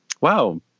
wow